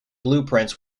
blueprints